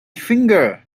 finger